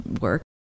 work